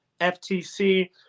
ftc